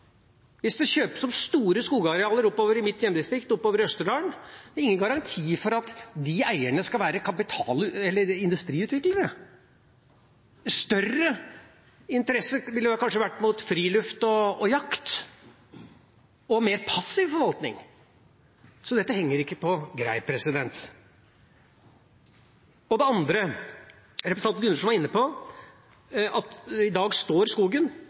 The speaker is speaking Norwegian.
Hvis det kjøpes opp store skogarealer i mitt hjemdistrikt, i Østerdalen, er det ingen garanti for at de eierne vil være industriutviklere. Større interesse ville det kanskje vært for friluft og jakt og en mer passiv forvaltning. Så dette henger ikke på greip. Det andre: Representanten Gundersen var inne på at i dag står skogen